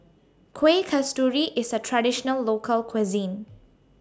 Kueh Kasturi IS A Traditional Local Cuisine